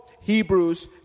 Hebrews